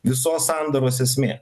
visos sandaros esmė